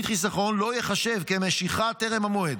חיסכון לא ייחשבו כמשיכה טרם המועד,